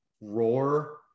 roar